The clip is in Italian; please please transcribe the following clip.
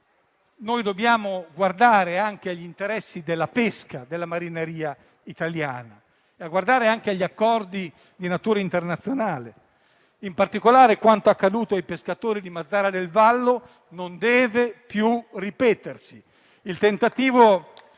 dobbiamo guardare anche agli interessi della pesca della marineria italiana, nonché agli accordi di natura internazionale. In particolare, quanto accaduto ai pescatori di Mazara del Vallo non deve più ripetersi.